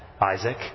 Isaac